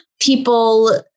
people